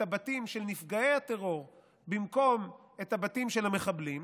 הבתים של נפגעי הטרור במקום את הבתים של המחבלים,